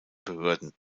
behörden